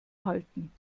halten